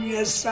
Yes